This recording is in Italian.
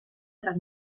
tra